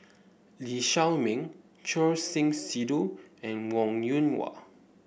Lee Shao Meng Choor Singh Sidhu and Wong Yoon Wah